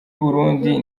burundi